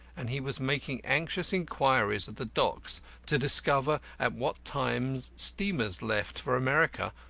and he was making anxious inquiries at the docks to discover at what times steamers left for america,